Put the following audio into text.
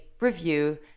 review